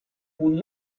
und